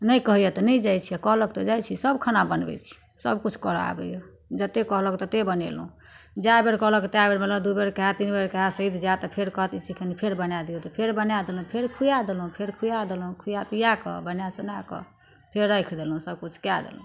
नै कहैये तऽ नहि जाइ छी आओर कहलक तऽ जाइ छी सभ खाना बनबै छी सभ किछु करऽ आबैये जत्ते कहलक तत्ते बनेलहुँ जए बेर कहलक तए बेर बनेलहुँ दू बेर कहै तीन बेर कहै सधि जाइ तखन फेर कहत ई चीज कनि फेर बनाय दियौ तऽ फेर बनाय देलहुँ फेर खुआ देलहुँ फेर खुआ देलहुँ खुआ पिआ कऽ बना सुना कऽ फेर राखि देलहुँ सभ किछु कए देलहुँ